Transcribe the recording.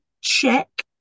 check